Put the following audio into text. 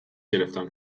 گرفتم